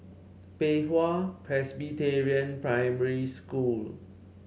Pei Hwa Presbyterian Primary School